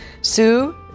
Sue